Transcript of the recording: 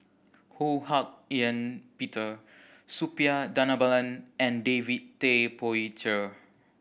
Ho Hak Ean Peter Suppiah Dhanabalan and David Tay Poey Cher